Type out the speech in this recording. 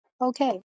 okay